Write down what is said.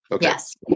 Yes